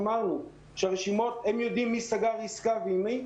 הם יודעים מי סגר עסקה ועם מי.